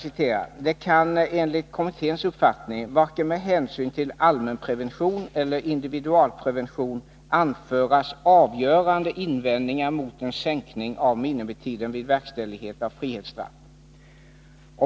Det står bl.a. följande: ”Det kan enligt kommitténs uppfattning varken med hänsyn till allmänpreventionen eller individualpreventionen anföras avgörande invändningar mot en sänkning av minimitiden vid verkställighet av frihetsstraff.